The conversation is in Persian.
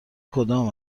کدام